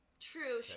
True